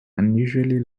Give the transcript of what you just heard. unusually